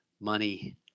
money